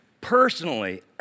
personally